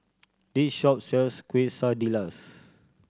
this shop sells Quesadillas